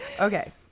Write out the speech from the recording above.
Okay